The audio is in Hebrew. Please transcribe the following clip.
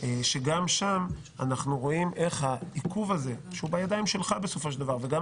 שגם שם אנחנו רואים איך העיכוב הזה שהוא בידיים שלך בסופו של דבר וגם